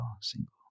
single